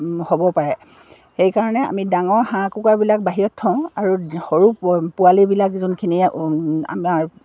হ'ব পাৰে সেইকাৰণে আমি ডাঙৰ হাঁহ কুকৰাবিলাক বাহিৰত থওঁ আৰু সৰু প পোৱালিবিলাক যোনখিনিয়ে আমাৰ